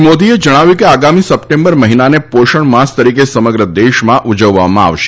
શ્રી મોદીએ જણાવ્યું કે આગામી સપ્ટેમ્બર મહિનાને પોષણમાસ તરીકે સમગ્ર દેશમાં ઉજવવામાં આવશે